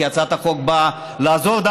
כי הצעת החוק באה לעזור לו,